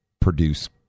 produce